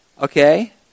okay